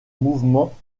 mouvement